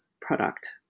product